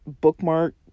bookmark